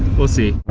we'll see.